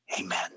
Amen